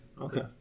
Okay